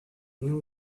knew